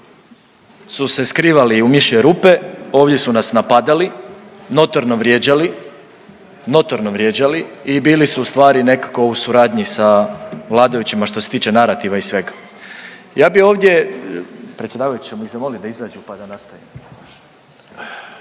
su se skrivali u mišje rupe, ovdje su nas napadali, notorno vrijeđali, notorno vrijeđali i bili su ustvari nekako u suradnji sa vladajućima što se tiče narativa i svega. Ja bi ovdje, predsjedavajući jel bi ih zamolio da izađu, pa da nastavimo?